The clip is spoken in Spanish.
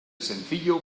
sencillo